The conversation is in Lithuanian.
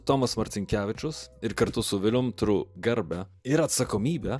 tomas marcinkevičius ir kartu su vilium turiu garbę ir atsakomybę